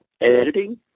editing